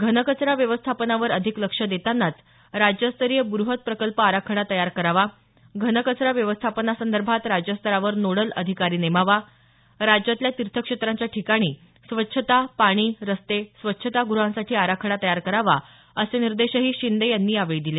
घनकचरा व्यवस्थापनावर अधिक लक्ष देतांनाच राज्यस्तरीय ब्रहत प्रकल्प आराखडा तयार करावा घनकचरा व्यवस्थापनासंदर्भात राज्यस्तरावर नोडल अधिकारी नेमावा राज्यातल्या तीर्थक्षेत्रांच्या ठिकाणी स्वच्छता पाणी रस्ते स्वच्छताग्रहांसाठी आराखडा तयार करावा असे निर्देशही शिंदे यांनी दिले